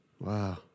Wow